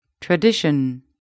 Tradition